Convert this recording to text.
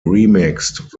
remixed